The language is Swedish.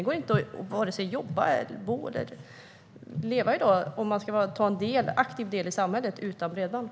Om man ska vara en aktiv del av samhället i dag går det inte att vare sig jobba, bo eller leva utan att ha bredband.